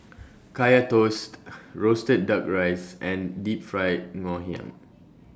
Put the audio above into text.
Kaya Toast Roasted Duck Rice and Deep Fried Ngoh Hiang